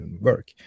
work